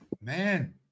Man